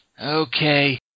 Okay